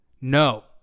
no